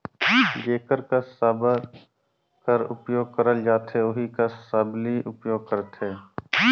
जेकर कस साबर कर उपियोग करल जाथे ओही कस सबली उपियोग करथे